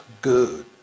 good